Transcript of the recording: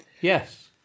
Yes